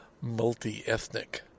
multi-ethnic